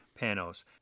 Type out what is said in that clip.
Panos